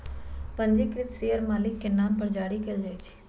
पंजीकृत शेयर मालिक के नाम पर जारी कयल जाइ छै